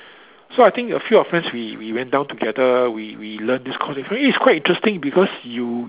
so I think a few of friends we we went down together we we learn this course for me it's quite interesting because you